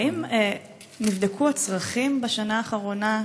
האם נבדקו הצרכים בשנה האחרונה,